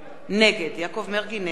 נגד